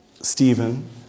Stephen